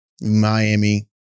Miami